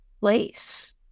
place